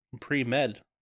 pre-med